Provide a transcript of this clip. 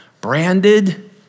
branded